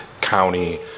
county